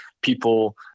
people